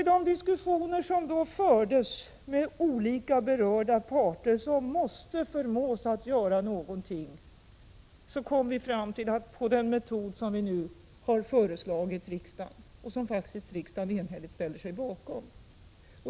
I de diskussioner som då fördes med de olika berörda parter som måste förmås att göra någonting kom vi — inte på frivillighetens väg utan med hot och med rätt mycket av påtryckningar — fram till en lösning i enlighet med den metod som vi nu har föreslagit riksdagen och som riksdagen faktiskt enhälligt ställer sig bakom.